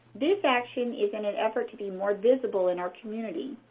this action is in an effort to be more visible in our community,